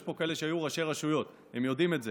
יש פה כאלה שהיו ראשי רשויות, הם יודעים את זה.